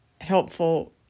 helpful